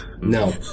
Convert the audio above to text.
No